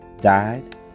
died